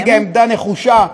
להציג עמדה נחושה,